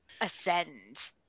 ascend